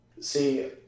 See